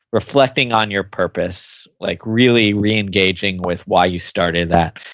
reflecting on your purpose, like really re-engaging with why you started that.